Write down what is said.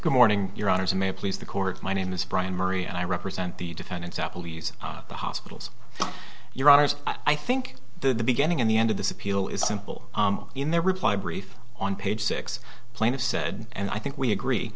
good morning your honor may please the court my name is brian marie and i represent the defendants appleby's the hospitals your honors i think the beginning of the end of this appeal is simple in their reply brief on page six plan of said and i think we agree